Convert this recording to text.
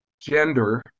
gender